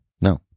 no